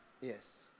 Yes